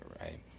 right